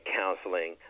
counseling